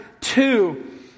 two